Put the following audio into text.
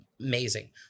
amazing